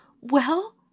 Well